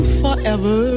forever